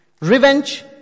revenge